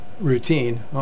routine